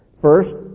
First